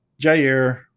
Jair